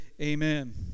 Amen